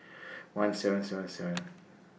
one seven seven seven